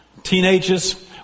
Teenagers